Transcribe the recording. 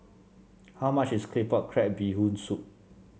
how much is Claypot Crab Bee Hoon Soup